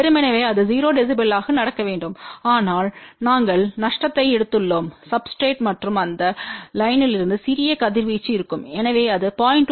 வெறுமனே அது 0 dB ஆக நடக்க வேண்டும் ஆனால் நாங்கள் நஷ்டத்தை எடுத்துள்ளோம் சப்ஸ்டிரேட்று மற்றும் இந்த லைன்களிலிருந்து சிறிய கதிர்வீச்சு இருக்கும் எனவே இது 0